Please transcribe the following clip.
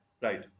right